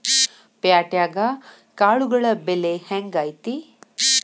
ಪ್ಯಾಟ್ಯಾಗ್ ಕಾಳುಗಳ ಬೆಲೆ ಹೆಂಗ್ ಐತಿ?